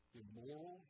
immoral